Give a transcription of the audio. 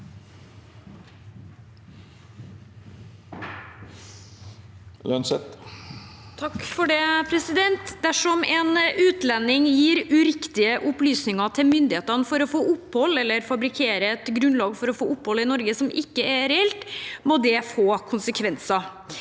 Lønseth (H) Dersom en ut- lending gir uriktige opplysninger til myndighetene for å få opphold eller fabrikkerer et grunnlag for å få opphold i Norge som ikke er reelt, må det få konsekvenser.